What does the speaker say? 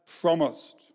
promised